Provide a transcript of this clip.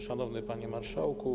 Szanowny Panie Marszałku!